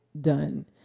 done